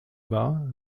war